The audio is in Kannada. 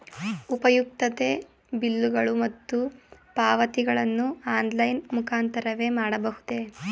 ಉಪಯುಕ್ತತೆ ಬಿಲ್ಲುಗಳು ಮತ್ತು ಪಾವತಿಗಳನ್ನು ಆನ್ಲೈನ್ ಮುಖಾಂತರವೇ ಮಾಡಬಹುದೇ?